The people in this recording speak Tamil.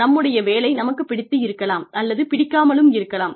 நம்முடைய வேலை நமக்குப் பிடித்திருக்கலாம் அல்லது பிடிக்காமலும் இருக்கலாம்